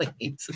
please